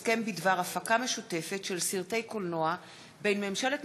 הסכם בדבר הפקה משותפת של סרטי קולנוע בין ממשלת